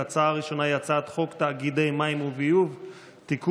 ההצעה הראשונה היא הצעת חוק תאגידי מים וביוב (תיקון,